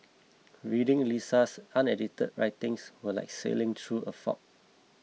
reading Lisa's unedited writings was like sailing through a fog